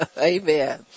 Amen